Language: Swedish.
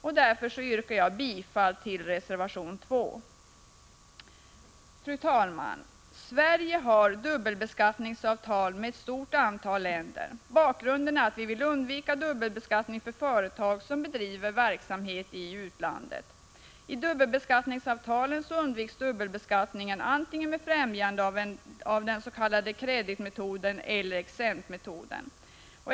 Jag yrkar därför bifall till reservation 2. Fru talman! Sverige har dubbelbeskattningsavtal med ett stort antal länder. Bakgrunden är att vi vill undvika dubbelbeskattning för företag som bedriver verksamhet i utlandet. I dubbelbeskattningsavtalen undviks dubbelbeskattning med tillämpning av antingen creditmetoden eller exemptmetoden.